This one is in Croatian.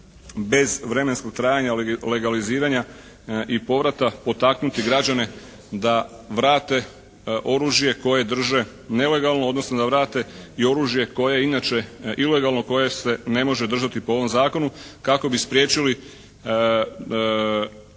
bez vremenskog trajanja legaliziranja i povrata potaknuti građane da vrate oružje koje drže nelegalno, odnosno da vrate i oružje koje inače ilegalno koje se ne može držati po ovom Zakonu kako bi spriječili